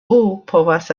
povas